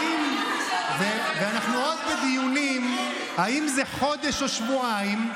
אנחנו עוד בדיונים אם זה חודש או שבועיים,